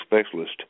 specialist